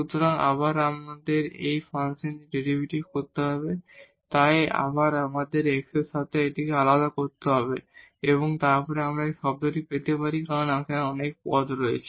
সুতরাং আবার আমাদের এই ফাংশনটির ডেরিভেটিভ করতে হবে তাই আবার আমাদের x এর ক্ষেত্রে এটিকে আলাদা করতে হবে এবং তারপরে আমরা এই টার্মটি পেতে পারি কারণ এখন অনেক টার্ম থাকবে